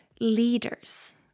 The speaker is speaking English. leaders